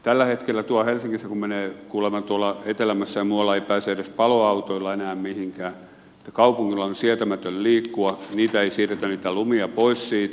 tällä hetkellä tuolla helsingissä kun menee kuulemma tuolla etelämmässä ja muualla ei pääse edes paloautoilla enää mihinkään että kaupungilla on sietämätöntä liikkua niitä lumia ei siirretä pois siitä